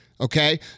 Okay